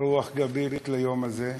רוח גבית ליום הזה,